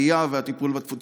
עלייה והטיפול בתפוצות.